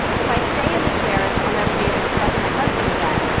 if i stay in this marriage, i'll never be able to trust my husband again.